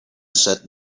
said